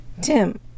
Tim